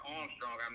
Armstrong